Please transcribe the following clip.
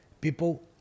people